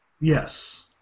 Yes